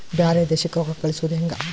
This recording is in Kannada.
ಬ್ಯಾರೆ ದೇಶಕ್ಕೆ ರೊಕ್ಕ ಕಳಿಸುವುದು ಹ್ಯಾಂಗ?